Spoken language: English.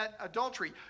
adultery